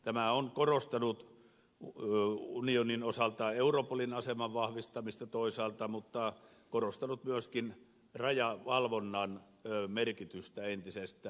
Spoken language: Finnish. tämä on korostanut unionin osalta europolin aseman vahvistamista toisaalta mutta korostanut myöskin rajavalvonnan merkitystä entisestään